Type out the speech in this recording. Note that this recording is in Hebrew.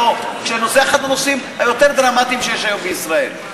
כשהנושא הוא אחד הנושאים היותר-דרמטיים שיש היום בישראל,